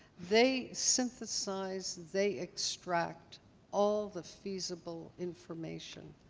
they synthesize, they extract all the feasible information.